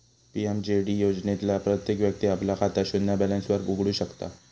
PMJD योजनेतना प्रत्येक व्यक्ती आपला खाता शून्य बॅलेंस वर उघडु शकता